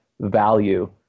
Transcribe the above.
value